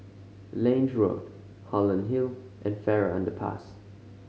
Lange Road Holland Hill and Farrer Underpass